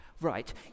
Right